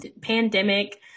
pandemic